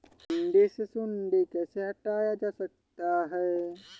भिंडी से सुंडी कैसे हटाया जा सकता है?